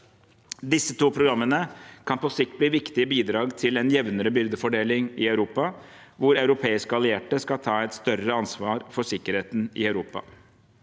Disse to programmene kan på sikt bli viktige bidrag til en jevnere byrdefordeling i NATO, hvor europeiske allierte skal ta et større ansvar for sikkerheten i Europa.